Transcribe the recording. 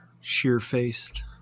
sheer-faced